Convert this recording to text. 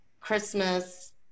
Christmas